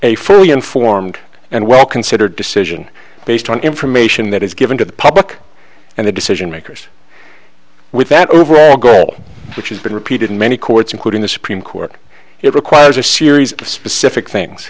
a fully informed and well considered decision based on information that is given to the public and the decision makers with that overall goal which has been repeated in many courts including the supreme court it requires a series of specific things